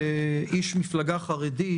כאיש מפלגה חרדית,